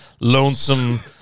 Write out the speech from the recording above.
lonesome